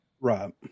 Right